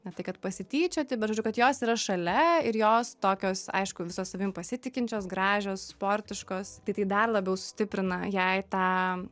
ne tai kad pasityčioti bet žodžiu kad jos yra šalia ir jos tokios aišku visos savim pasitikinčios gražios sportiškos tai tai dar labiau sustiprina jai tą